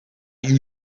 you